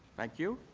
thank you.